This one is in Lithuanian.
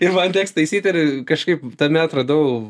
ir man teks taisyti ir kažkaip tame atradau